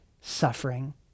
suffering